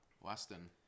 Weston